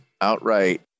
outright